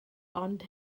ond